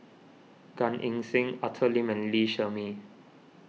Gan Eng Seng Arthur Lim and Lee Shermay